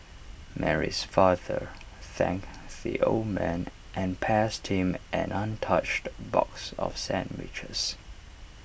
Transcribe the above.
Mary's father thanked the old man and passed him an untouched box of sandwiches